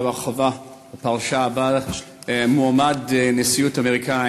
בהרחבה בפרשה שבה מועמד לנשיאות אמריקני